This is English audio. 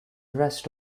rest